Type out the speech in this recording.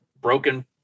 broken